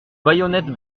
baïonnettes